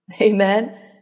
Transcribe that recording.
Amen